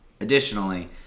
Additionally